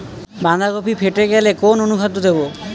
বাঁধাকপি ফেটে গেলে কোন অনুখাদ্য দেবো?